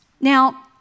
Now